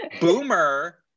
Boomer